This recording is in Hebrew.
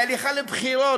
בהליכה לבחירות,